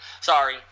Sorry